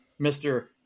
Mr